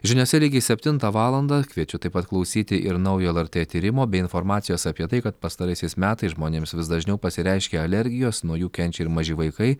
žiniose lygiai septintą valandą kviečiu taip pat klausyti ir naujo lrt tyrimo bei informacijos apie tai kad pastaraisiais metais žmonėms vis dažniau pasireiškia alergijos nuo jų kenčia ir maži vaikai